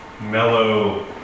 mellow